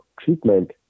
treatment